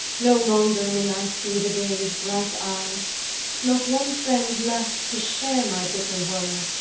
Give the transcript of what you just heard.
no longer may i see the day's bright eye not one friend left to share my bitter woe,